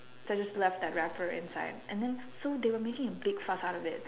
so I just left that wrapper inside and then so they were making a big fuss out of it